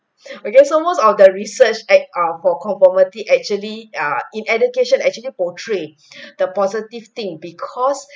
okay so most of the research act ah for conformity actually err in education actually portray the positive thing because